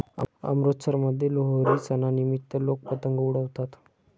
अमृतसरमध्ये लोहरी सणानिमित्त लोक पतंग उडवतात